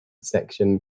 section